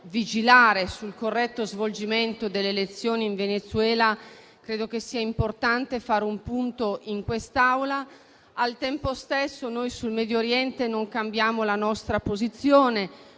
vigilare sul corretto svolgimento delle elezioni in Venezuela, credo sia importante fare un punto in Assemblea. Sul Medio Oriente non cambiamo la nostra posizione.